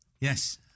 Yes